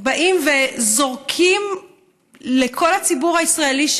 באים וזורקים לכל הציבור הישראלי,